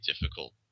difficult